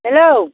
hello